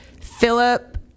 philip